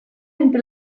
entre